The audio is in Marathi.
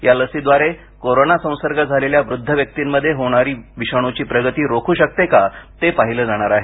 या लसीद्वारे कोरोना संसर्ग झालेल्या वृद्ध व्यक्तींमध्ये होणारी विषाणूची प्रगती रोखू शकते का ते पाहिलं जाणार आहे